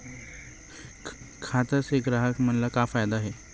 खाता से ग्राहक मन ला का फ़ायदा हे?